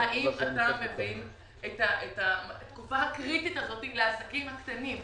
האם אתה מבין את התקופה הקריטית הזאת לעסקים הקטנים?